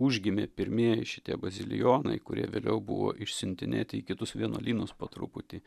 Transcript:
užgimė pirmieji šitie bazilijonai kurie vėliau buvo išsiuntinėti į kitus vienuolynus po truputį